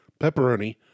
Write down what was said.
Pepperoni